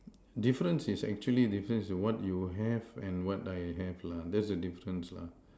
difference is actually difference what you have and what I have lah that's the difference lah